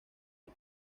los